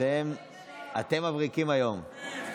אתם מבריקים היום.